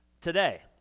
today